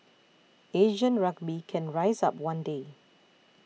Asian rugby can rise up one day